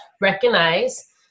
recognize